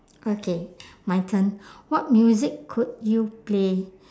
okay my turn what music could you play